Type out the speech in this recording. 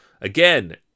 Again